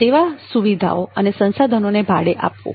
સેવા સુવિધા અને સંસાધનોને ભાડે આપવું